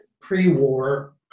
pre-war